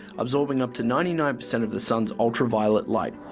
absorbing up to ninety nine percent of the sun's ultraviolet light,